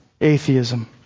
atheism